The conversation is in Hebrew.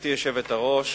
גברתי היושבת-ראש,